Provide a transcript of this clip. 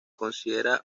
considera